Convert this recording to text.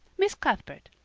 miss cuthbert.